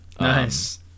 Nice